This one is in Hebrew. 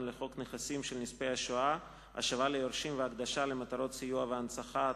לחוק נכסים של נספי השואה (השבה ליורשים והקדשה למטרות סיוע והנצחה),